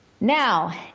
Now